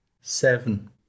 Seven